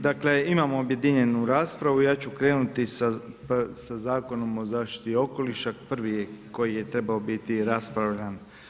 Dakle, imamo objedinjenu raspravu, ja ću krenuti sa Zakonom o zaštiti okoliša, prvi koji je trebao biti raspravljan.